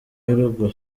y’urugo